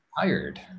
tired